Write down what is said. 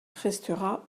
restera